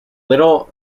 liddell